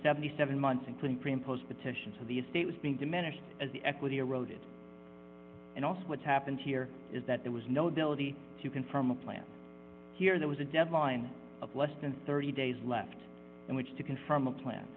seventy seven months including pre and post petitions for the estate was being diminished as the equity eroded and also what's happened here is that there was no delivery to confirm a plan here there was a deadline of less than thirty days left in which to confirm a plan